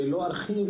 לא ארחיב,